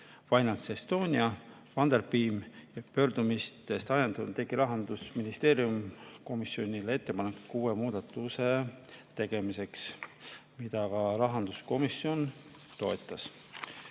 FinanceEstonia ja Funderbeam. Pöördumistest ajendatuna tegi Rahandusministeerium komisjonile ettepaneku kuue muudatuse tegemiseks, mida rahanduskomisjon toetas.